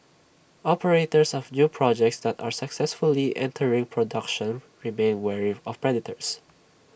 operators of new projects that are successfully entering production remain wary of predators